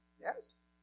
Yes